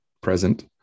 present